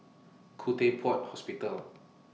Khoo Teck Puat Hospital